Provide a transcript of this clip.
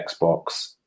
Xbox